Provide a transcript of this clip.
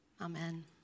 Amen